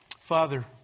Father